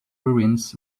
ruins